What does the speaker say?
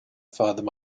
father